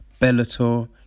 Bellator